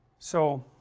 so,